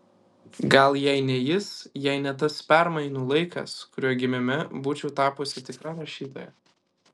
gal jei ne jis jei ne tas permainų laikas kuriuo gimėme būčiau tapusi tikra rašytoja